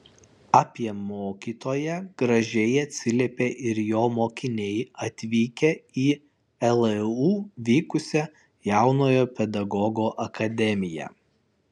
apie mokytoją gražiai atsiliepė ir jo mokiniai atvykę į leu vykusią jaunojo pedagogo akademiją